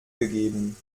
gegeben